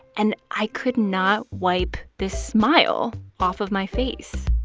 and i could not wipe this smile off of my face